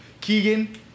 Keegan